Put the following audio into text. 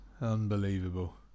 Unbelievable